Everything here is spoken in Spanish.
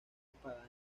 espadaña